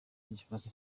igifaransa